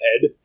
head